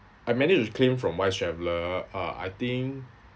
I managed to claim from wise traveller uh I think